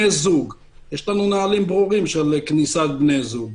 יש לנו נהלים ברורים של כניס בני זוג.